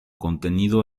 contenido